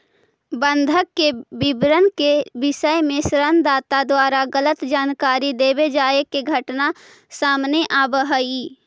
बंधक के विवरण के विषय में ऋण दाता द्वारा गलत जानकारी देवे जाए के घटना सामने आवऽ हइ